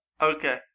Okay